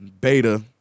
beta